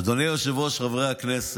אדוני היושב-ראש, חברי הכנסת,